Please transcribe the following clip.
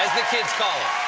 the kids call it.